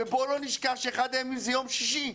בואו לא נשכח שאחד הימים זה יום שישי.